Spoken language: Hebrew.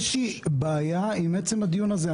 ועוד פעם, יש לי בעיה עם עצם הדיון הזה.